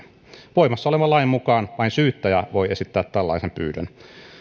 voimassa olevan lain mukaan vain syyttäjä voi esittää tällaisen pyynnön